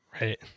Right